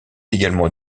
également